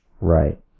Right